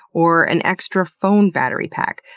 or an extra phone battery pack,